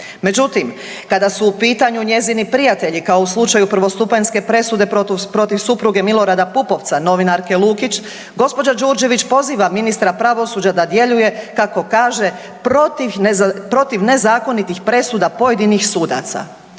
Međutim, kada su u pitanju njezini prijatelji, kao u slučaju prvostupanjske presude protiv supruge Milorada Pupovca, novinarke Lukić, gđa. Đuršević poziva ministra pravosuđa da djeluje, kako kaže protiv nezakonitih presuda pojedinih sudaca.